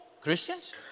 Christians